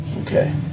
Okay